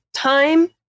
Time